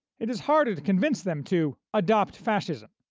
it is harder to convince them to adopt fascism.